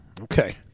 Okay